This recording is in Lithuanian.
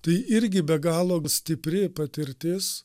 tai irgi be galo stipri patirtis